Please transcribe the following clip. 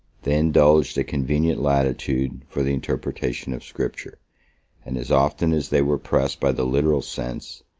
they indulged a convenient latitude for the interpretation of scripture and as often as they were pressed by the literal sense,